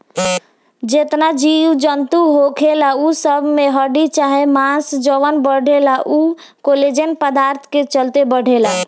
जेतना जीव जनतू होखेला उ सब में हड्डी चाहे मांस जवन बढ़ेला उ कोलेजन पदार्थ के चलते बढ़ेला